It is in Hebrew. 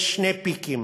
יש שני פיקים